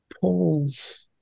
pulls